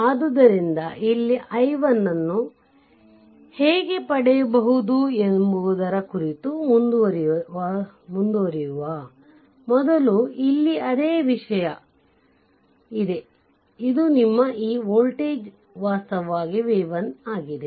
ಆದ್ದರಿಂದ ಇಲ್ಲಿ i1 ಅನ್ನು ಹೇಗೆ ಪಡೆಯುವುದು ಎಂಬುದರ ಕುರಿತು ಮುಂದುವರಿಯುವ ಮೊದಲು ಇಲ್ಲಿ ಅದೇ ವಿಷಯವೂ ಇದೆ ಇದು ನಿಮ್ಮ ಈ ವೋಲ್ಟೇಜ್ ವಾಸ್ತವವಾಗಿ v1 ಆಗಿದೆ